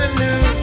new